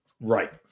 Right